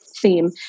theme